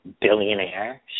billionaire